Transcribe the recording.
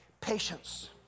Patience